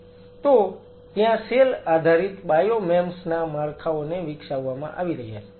તો ત્યાં સેલ આધારિત બાયો મેમ્સ ના માળખાઓને વિકસાવવામાં આવી રહ્યા છે